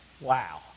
Wow